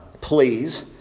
please